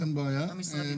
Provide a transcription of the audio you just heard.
אין בעיה.